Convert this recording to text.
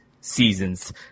seasons